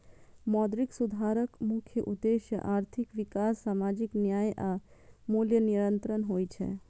मौद्रिक सुधारक मुख्य उद्देश्य आर्थिक विकास, सामाजिक न्याय आ मूल्य नियंत्रण होइ छै